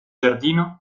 giardino